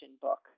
book